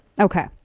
Okay